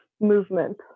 movement